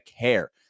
care